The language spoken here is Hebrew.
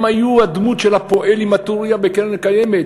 הם היו הדמות של הפועל עם הטורייה בקרן-קיימת.